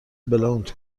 بلوند